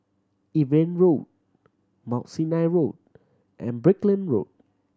Evelyn Road Mount Sinai Road and Brickland Road